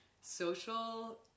Social